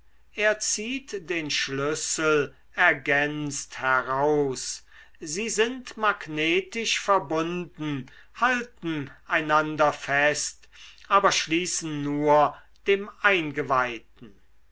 er zieht den schlüssel ergänzt heraus sie sind magnetisch verbunden halten einander fest aber schließen nur dem eingeweihten